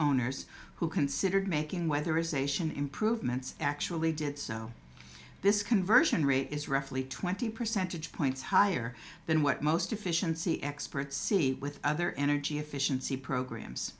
owners who considered making weather is ation improvements actually did so this conversion rate is roughly twenty percentage points higher than what most efficiency expert see with other energy efficiency programs